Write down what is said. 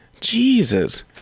Jesus